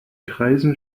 kreisen